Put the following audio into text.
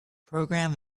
program